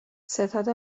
ستاد